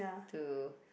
to